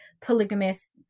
polygamous